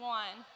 one